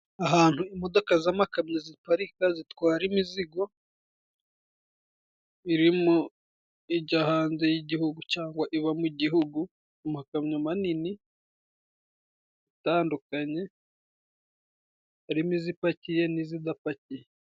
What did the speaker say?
Ahantu imodoka z'amakamyo ziparika, zitwara imizigo irimo ijya hanze y'igihugu cangwa iba mu gihugu ,amakamyo manini atandukanye harimo izipakiye n'izidapakiye.